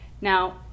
Now